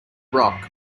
rock